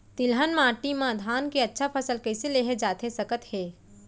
तिलहन माटी मा धान के अच्छा फसल कइसे लेहे जाथे सकत हे?